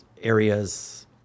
areas